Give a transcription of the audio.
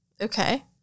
Okay